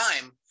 time